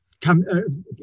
come